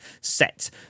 set